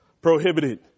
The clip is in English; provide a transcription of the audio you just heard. Prohibited